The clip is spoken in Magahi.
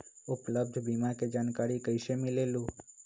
उपलब्ध बीमा के जानकारी कैसे मिलेलु?